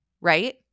right